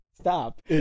stop